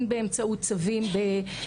זה להסיר את התוכן.